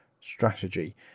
strategy